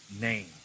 name